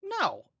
No